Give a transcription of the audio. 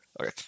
Okay